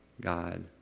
God